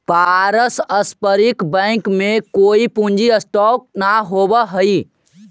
पारस्परिक बचत बैंक में कोई पूंजी स्टॉक न होवऽ हई